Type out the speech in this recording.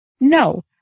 No